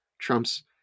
Trump's